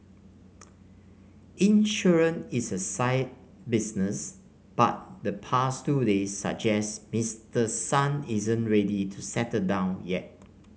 insurance is a staid business but the past two days suggest Mister Son isn't ready to settle down yet